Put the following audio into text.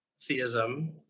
theism